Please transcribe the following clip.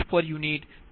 08p